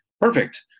perfect